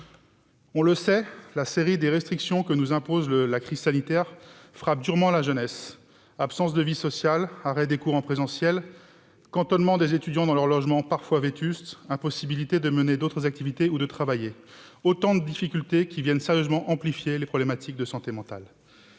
On le sait, la série de restrictions que nous impose la crise sanitaire frappe durement la jeunesse : absence de vie sociale, arrêt des cours en présentiel, cantonnement des étudiants dans leurs logements parfois vétustes, impossibilité de mener d'autres activités ou de travailler, autant de difficultés qui viennent sérieusement amplifier les problématiques de santé mentale.